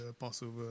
Passover